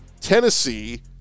Tennessee